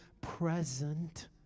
present